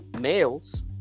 males